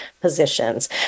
positions